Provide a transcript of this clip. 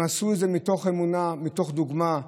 הם עשו את זה מתוך אמונה, מתוך דוגמה,